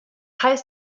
heißt